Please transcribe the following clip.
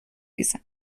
ریزم